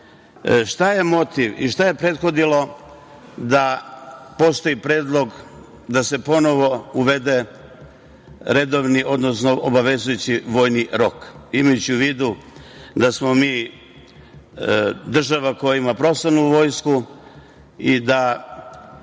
šta je motiv i šta je prethodilo da postoji predlog da se ponovo uvede obavezujući vojni rok imajući u vidu da smo mi država koja ima profesionalnu vojsku? Neću